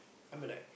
I mean like